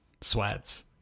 sweats